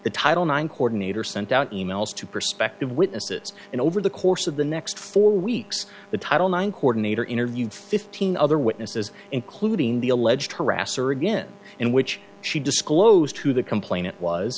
the title nine coordinator sent out e mails to perspective witnesses and over the course of the next four weeks the title nine coordinator interviewed fifteen other witnesses including the alleged harasser again in which she disclosed who the complainant was